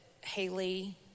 Haley